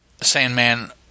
Sandman